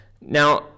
now